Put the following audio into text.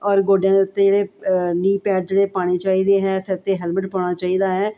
ਔਰ ਗੋਡਿਆਂ ਦੇ ਉੱਤੇ ਜਿਹੜੇ ਨੀਅ ਪੈਡ ਜਿਹੜੇ ਪਾਉਣੇ ਚਾਹੀਦੇ ਹੈ ਸਿਰ 'ਤੇ ਹੈਲਮਟ ਪਾਉਣਾ ਚਾਹੀਦਾ ਹੈ